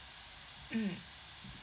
mm